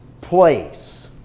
place